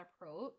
approach